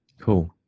Cool